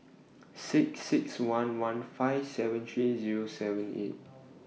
six six one one five seven three Zero seven eight